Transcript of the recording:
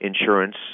insurance